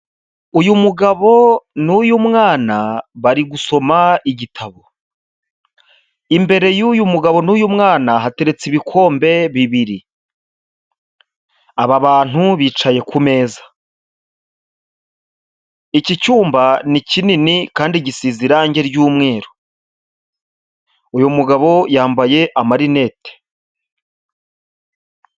Uyu mugabo n'uyu mwana bari gusoma igitabo, imbere y'uyu mugabo n'uyu mwana hateretse ibikombe bibiri, aba bantu bicaye ku meza, iki cyumba ni kinini kandi gisize irangi ry'umweru, uyu mugabo yambaye amarinete.